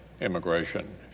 immigration